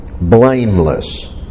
blameless